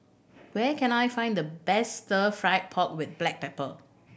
where can I find the best Stir Fry pork with black pepper